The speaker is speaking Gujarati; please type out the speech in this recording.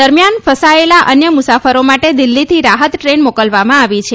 દરમ્યાન ફસાયેલા અન્ય મુસાફરો માટે દિલ્હીથી રાહત ટ્રેન મોકલવામાં આવી છે